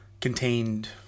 contained